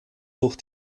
durch